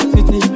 City